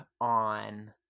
on